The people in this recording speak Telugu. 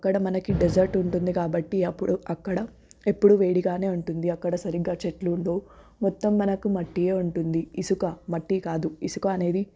అక్కడ మనకి డెజర్ట్ ఉంటుంది కాబట్టి అప్పుడు అక్కడ ఎప్పుడూ వేడిగానే ఉంటుంది అక్కడ సరిగ్గా చెట్లు ఉండవు మొత్తం మనకు మట్టియే ఉంటుంది ఇసుక మట్టి కాదు ఇసుక అనేది